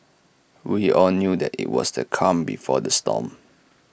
we all knew that IT was the calm before the storm